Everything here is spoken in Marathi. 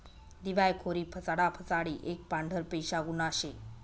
दिवायखोरी फसाडा फसाडी एक पांढरपेशा गुन्हा शे